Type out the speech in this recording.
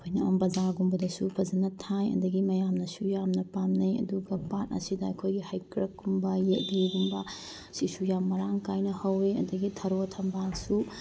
ꯑꯩꯈꯣꯏꯅ ꯕꯖꯥꯔꯒꯨꯝꯕꯗꯁꯨ ꯐꯖꯅ ꯊꯥꯏ ꯑꯗꯒꯤ ꯃꯌꯥꯝꯅꯁꯨ ꯌꯥꯝꯅ ꯄꯥꯝꯅꯩ ꯑꯗꯨꯒ ꯄꯥꯠ ꯑꯁꯤꯗ ꯑꯩꯈꯣꯏꯒꯤ ꯍꯩꯀꯛ ꯀꯨꯝꯕ ꯌꯦꯜꯂꯤꯒꯨꯝꯕ ꯁꯤꯁꯨ ꯌꯥꯝ ꯃꯔꯥꯡ ꯀꯥꯏꯅ ꯍꯧꯋꯤ ꯑꯗꯒꯤ ꯊꯔꯣ ꯊꯝꯕꯥꯜꯁꯨ